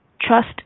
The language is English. trust